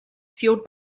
fueled